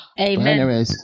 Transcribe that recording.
Amen